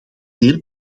zeer